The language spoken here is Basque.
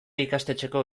ikastetxeko